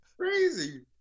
crazy